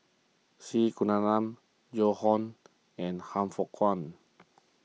C Kunalan Joan Hon and Han Fook Kwang